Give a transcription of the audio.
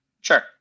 Sure